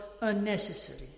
unnecessary